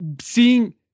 Seeing